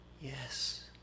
Yes